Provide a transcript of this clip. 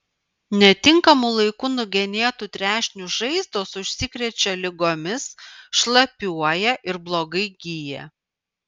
netinkamu laiku nugenėtų trešnių žaizdos užsikrečia ligomis šlapiuoja ir blogai gyja